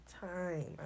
time